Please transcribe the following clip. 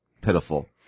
pitiful